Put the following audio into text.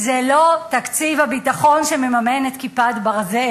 זה לא תקציב הביטחון שמממן את "כיפת ברזל",